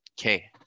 Okay